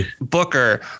Booker